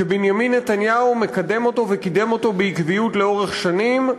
שבנימין נתניהו מקדם וקידם בקביעות לאורך שנים.